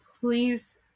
please